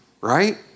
right